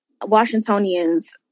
Washingtonians